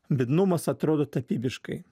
biednumas atrodo tapybiškai